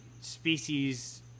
species